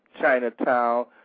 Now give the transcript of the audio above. Chinatown